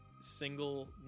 single